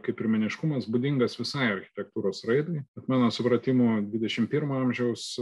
kaip ir meniškumas būdingas visai architektūros raidai bet mano supratimu dvidešimt pirmo amžiaus